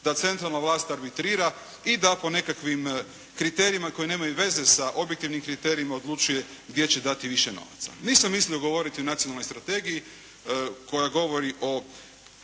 da centralna vlast arbitrira i da po nekakvim kriterijima koji nemaju veze sa objektivnim kriterijima odlučuje gdje će dati više novaca. Nisam mislio govoriti o nacionalnoj strategiji koja govori o